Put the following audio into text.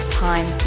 time